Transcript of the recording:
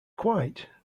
quite